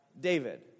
David